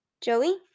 Joey